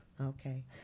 Okay